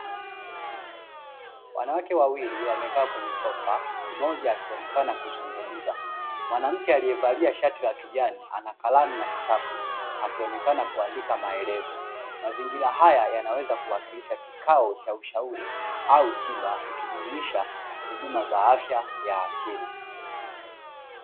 Wanawake wawili wamekaa kwenye sofa, mmoja akionekana kuzungumza. Mwanamke aliyevalia shati la kijani ana kalamu na kitabu, akionekana kuandika maelezo. Mazingira haya yanaweza kuwakilisha kikao cha ushauri au tiba, ikijumuisha huduma za afya ya akili.